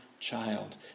Child